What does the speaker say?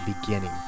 beginning